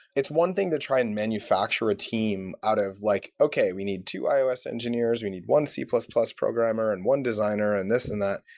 it's one thing to try and manufacture a team out of like, okay, we need two ios engineers. we need one c plus plus programmer and one designer in and this and that.